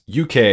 UK